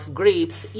grapes